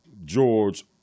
George